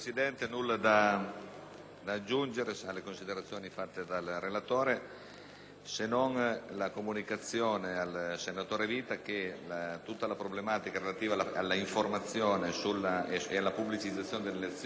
se non la comunicazione al senatore Vita che tutta la problematica relativa all'informazione e pubblicizzazione delle elezioni per i cittadini neocomunitari è già in atto. Dal